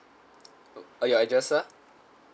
uh your address sir